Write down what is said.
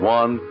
one